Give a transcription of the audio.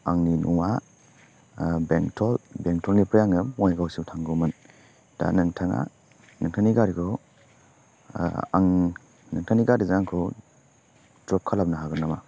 आंनि न'आ बेंटल बेंटलनिफ्राय आङो बङाइगावसिम थांगौमोन दा नोंथाङा नोंथांनि गारिखौ आं नोंथांनि गारिजों आंखौ ड्रप खालामनो हागोन नामा